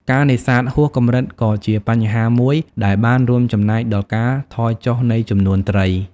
ការនេសាទហួសកម្រិតក៏ជាបញ្ហាមួយដែលបានរួមចំណែកដល់ការថយចុះនៃចំនួនត្រី។